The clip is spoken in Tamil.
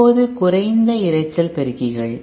இப்போது குறைந்த இரைச்சல் பெருக்கிகள்